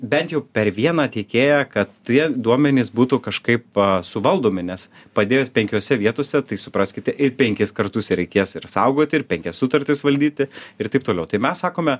bent jau per vieną tiekėją kad tie duomenys būtų kažkaip suvaldomi nes padėjus penkiose vietose tai supraskite ir penkis kartus reikės ir saugoti ir penkias sutartis valdyti ir taip toliau tai mes sakome